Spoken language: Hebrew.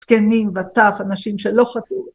‫זקנים וטף, אנשים שלא חטאו.